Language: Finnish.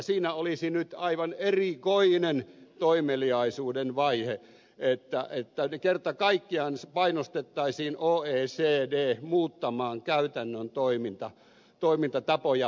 siinä olisi nyt aivan erikoinen toimeliaisuuden vaihe että kerta kaikkiaan painostettaisiin oecd muuttamaan käytännön toimintatapoja